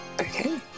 Okay